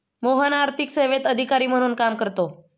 मोहन आर्थिक सेवेत अधिकारी म्हणून काम करतो